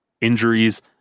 injuries